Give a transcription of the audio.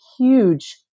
huge